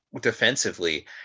defensively